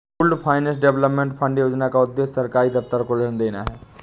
pooled finance development fund योजना का उद्देश्य सरकारी दफ्तर को ऋण देना है